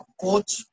coach